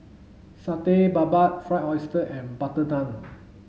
Satay Babat fried oyster and butter